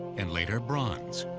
and later, bronze.